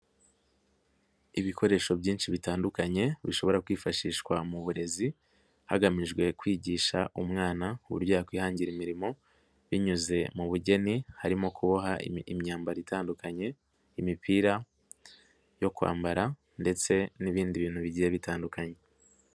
Ibikoresho byinshi bitandukanye bishobora kwifashishwa mu burezi, hagamijwe kwigisha umwana uburyo yakwihangira imirimo binyuze mu bugeni, harimo kuboha imyambaro itandukanye, imipira yo kwambara ndetse n'ibindi bintu bigiye bitandukanye.